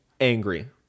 angry